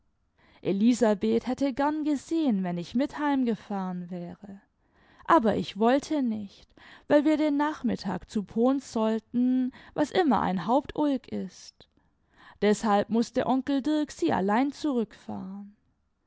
elisabeth hätte gern gesehen wenn ich mit heimgefahren wäre aber ich wollte nicht weil wir den nachmittag zu pohns solltan was immer ein hauptulk ist deshalb mußte onkel dirk sie allein zurückfahren